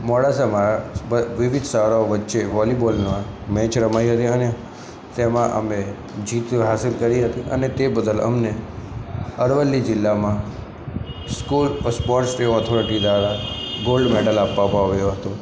મોડાસામાં વ વિવિધ શાળાઓ વચ્ચે વૉલીબોલની મેચ રમાઈ હતી અને તેમાં અમે જીત હાંસલ કરી હતી અને તે બદલ અમને અરવલ્લી જિલ્લામાં સ્કૂલ સ્પોર્ટ્સ ડે ઑથોરિટી દ્વારા ગોલ્ડ મૅડલ આપવામાં આવ્યું હતું